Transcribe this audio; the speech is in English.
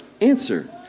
answer